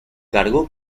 cargo